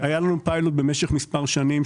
היה לנו פיילוט במשך מספר שנים.